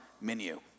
menu